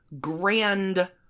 grand